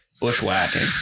Bushwhacking